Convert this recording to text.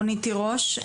רונית תירוש.